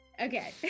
Okay